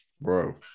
Bro